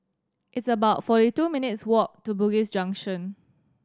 it's about forty two minutes' walk to Bugis Junction